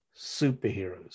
superheroes